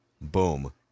Boom